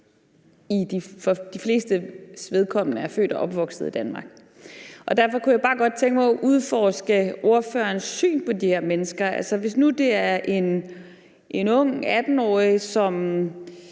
de flestes vedkommende er født og opvokset i Danmark, og derfor kunne jeg bare godt tænke mig at udforske ordførerens syn på de her mennesker. Hvis nu det er en ung 18-årig, hvis